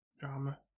drama